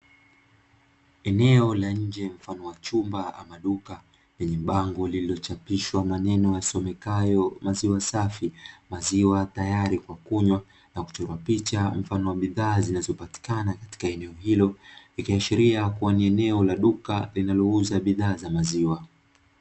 Eneo la nje mfano wa chumba ama duka lenye bango lililochapishwa maneno yasomekayo "maziwa safi, maziwa tayari kwa kunywa" na kuchorwa picha mfano wa bidhaa zinazopatikana katika eneo hilo, ikiashiria kuwa ni eneo la duka linallouza bidhaa za maziwa.